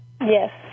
Yes